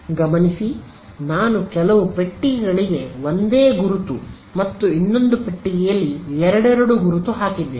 ಗಮನಿಸಿ ನಾನು ಕೆಲವು ಪೆಟ್ಟಿಗೆಗಳಿಗೆ ಒಂದೇ ಒಂದು ಗುರುತು ಮತ್ತು ಇನ್ನೊಂದು ಪೆಟ್ಟಿಗೆಯಲ್ಲಿ ಎರಡೆರಡು ಗುರುತು ಹಾಕಿದ್ದೇನೆ